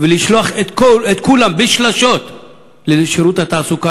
ולשלוח את כולם בשלשות לשירות התעסוקה,